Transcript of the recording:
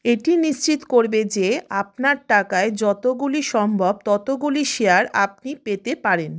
এটি নিশ্চিত করবে যে আপনার টাকায় যতগুলি সম্ভব ততগুলি শেয়ার আপনি পেতে পারেন